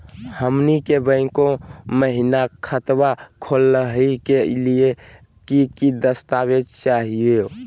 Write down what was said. हमनी के बैंको महिना खतवा खोलही के लिए कि कि दस्तावेज चाहीयो?